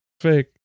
Fake